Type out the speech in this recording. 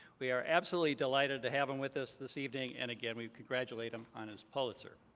we are absolutely delighted to have him with us this evening, and, again, we congratulate him on his pulitzer.